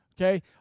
okay